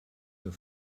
der